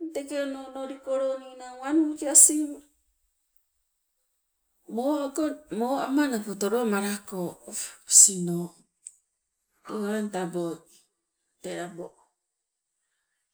Eng teke ono onolikolo ninang wan wik asing moago moama tolomalako osino. Tei wang tabo.